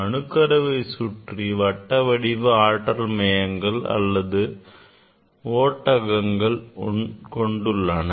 அணுக்கருவை சுற்றி வட்டவடிவ ஆற்றல் வளையங்கள் அல்லது ஓட்டகங்களை கொண்டுள்ளன